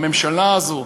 הממשלה הזו,